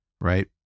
right